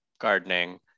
gardening